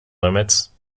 limits